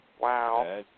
Wow